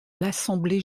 l’assemblée